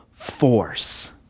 Force